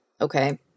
okay